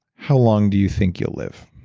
how long do you think you'll live?